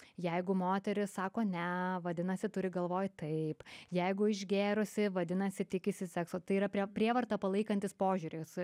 jeigu moteris sako ne vadinasi turi galvoj taip jeigu išgėrusi vadinasi tikisi sekso tai yra prie prievartą palaikantis požiūris